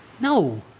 No